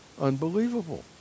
unbelievable